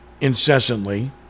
incessantly